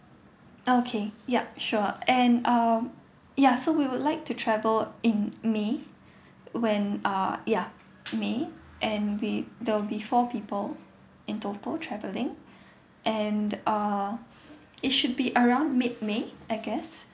okay yup sure and uh ya so we would like to travel in may when uh ya may and we there'll be four people in total traveling and uh it should be around mid may I guess